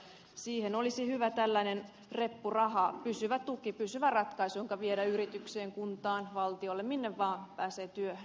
siihen olisi hyvä tällainen reppuraha pysyvä tuki pysyvä ratkaisu joka viedä yritykseen kuntaan valtiolle minne vaan pääsee työhön